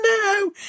No